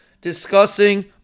discussing